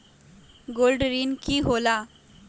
Gold ऋण की होला?